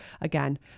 again